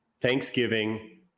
Thanksgiving